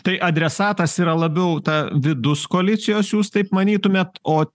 tai adresatas yra labiau ta vidus koalicijos jūs taip manytumėt o